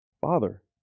Father